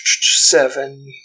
seven